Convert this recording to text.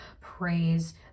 praise